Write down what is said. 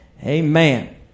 Amen